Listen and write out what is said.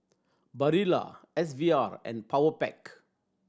Barilla S V R and Powerpac